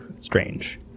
strange